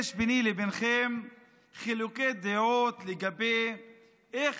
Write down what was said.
יש ביני לבינכם חילוקי דעות לגבי איך